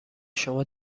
شما